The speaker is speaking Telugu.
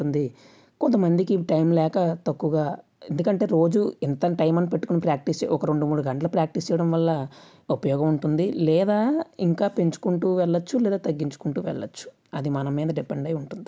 కొంతమందికి టైం లేక తక్కువగా ఎందుకంటే రోజు ఇంత టైం అని పెట్టుకుని ప్రాక్టీస్ ఒక రెండు మూడు గంటలు ప్రాక్టీస్ చేయడం వల్ల ఉపయోగం ఉంటుంది లేదా ఇంకా పెంచుకుంటూ వెళ్లొచ్చు లేదా తగ్గించుకుంటూ వెళ్లొచ్చు అది మన మీద డిపెండ్ అయి ఉంటుంది